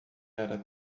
era